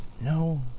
No